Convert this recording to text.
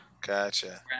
Gotcha